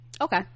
okay